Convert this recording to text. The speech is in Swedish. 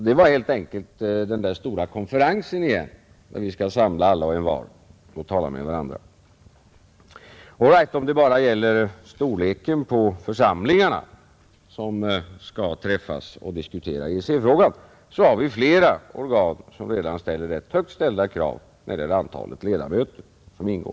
Det var helt enkelt den där stora konferensen igen, där vi skall samla alla och envar och tala med varandra, All right, om det bara gäller storleken på församlingarna som skall träffas och diskutera EEC-frågan, så har vi flera organ som redan motsvarar rätt högt ställda krav i fråga om antalet ledamöter som skall ingå.